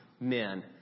men